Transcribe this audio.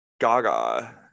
Gaga